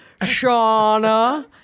Shauna